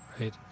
Right